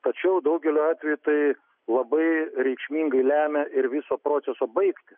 tačiau daugeliu atveju tai labai reikšmingai lemia ir viso proceso baigtį